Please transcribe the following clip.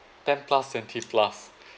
ten plus twenty plus